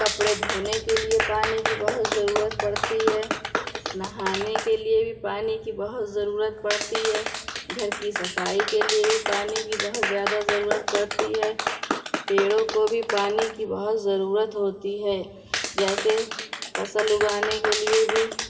کپڑے دھونے کے لیے پانی کی بہت ضرورت پڑتی ہے نہانے کے لیے بھی پانی کی بہت ضرورت پڑتی ہے گھر کی صفائی کے لیے بھی پانی کی بہت زیادہ ضرورت پڑتی ہے پیڑوں کو بھی پانی کی بہت ضرورت ہوتی ہے جیسے فصل اگانے کے لیے بھی